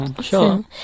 sure